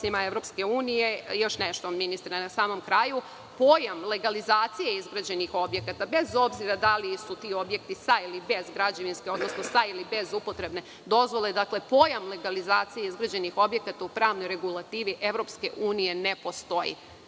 propisima EU.Još nešto, ministre, pojam legalizacije izgrađenih objekata, bez obzira da li su ti objekti sa ili bez građevinske, odnosno sa ili bez upotrebne dozvole, dakle, pojam legalizacije izgrađenih objekata u pravnoj regulativi EU ne postoji.